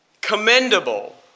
commendable